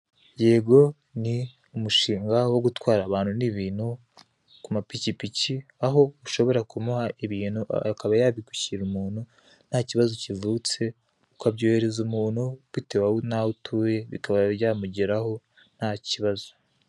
Yego ni umushinga wo gutwara abantu n'ibintu ku mapikipiki, aho ushobora kumuha ibintu akaba yabigushyirira umuntu nta kibazo kivutse, ukabyoherereza umuntu bitewe n'aho utuye, bikaba byamugeraho nta kibazo.